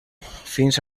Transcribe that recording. fins